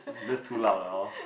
that's too loud lah hor